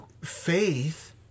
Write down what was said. Faith